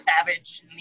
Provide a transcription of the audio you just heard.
savage